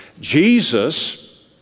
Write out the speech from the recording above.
Jesus